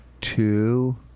two